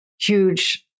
huge